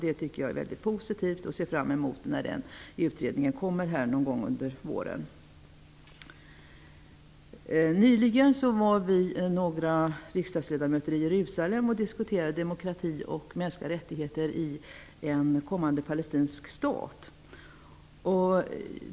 Det tycker jag är mycket positivt, och jag ser fram emot utredningen som kommer någon gång under våren. Nyligen var jag och några andra riksdagsledamöter i Jerusalem och diskuterade demokrati och mänskliga rättigheter i en kommande palestinsk stat.